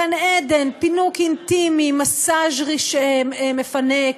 גן-עדן, פינוק אינטימי, מסאז' מפנק